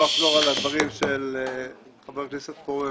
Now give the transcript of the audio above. אני לא אחזור על הדברים של חבר הכנסת פורר